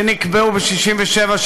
שנקבעו ב-1967,